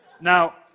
Now